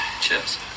cheers